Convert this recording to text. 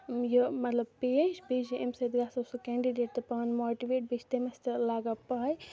یہِ مطلب پیش بیٚیہِ چھِ اَمہِ سۭتۍ مطلب گژھان سُہ کینڈِڈیٹ تہِ پانہٕ ماٹِویٹ بیٚیہِ چھِ تٔمِس تہِ لگان پاے